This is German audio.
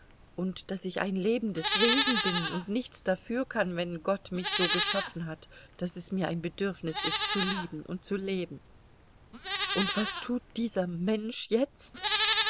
und daß ich ein lebendes wesen bin und nichts dafür kann wenn gott mich so geschaffen hat daß es mir ein bedürfnis ist zu lieben und zu leben und was tut dieser mensch jetzt